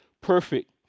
perfect